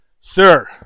Sir